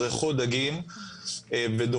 בריכות דגים ודפנותיהם,